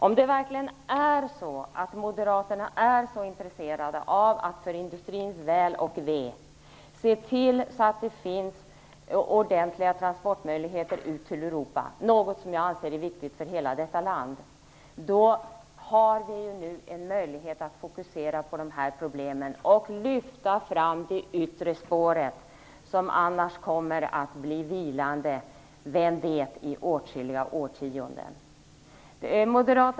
Om Moderaterna verkligen är så intresserade av industrins väl och ve och av att se till att det finns transportmöjligheter ut till Europa - något som jag anser är viktigt för hela detta land - har vi nu en möjlighet att fokusera på de här problemen och lyfta fram det yttre spåret. Vem vet om det annars kommer att bli vilande i åtskilliga årtionden.